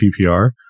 PPR